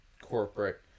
corporate